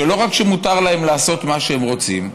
שלא רק שמותר להם לעשות מה שהם רוצים,